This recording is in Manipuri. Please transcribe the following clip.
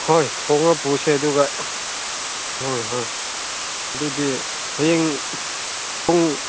ꯍꯣꯏ ꯊꯣꯡꯑꯒ ꯄꯨꯁꯦ ꯑꯗꯨꯒ ꯍꯣꯏ ꯍꯣꯏ ꯑꯗꯨꯗꯤ ꯍꯌꯦꯡ ꯄꯨꯡ